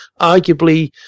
arguably